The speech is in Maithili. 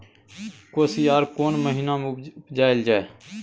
कोसयार कोन महिना मे उपजायल जाय?